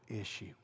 issue